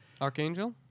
Archangel